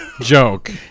joke